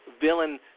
villain